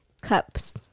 cups